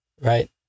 Right